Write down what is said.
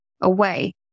away